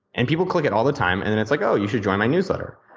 and people click it all the time and it's like oh, you should join my newsletter.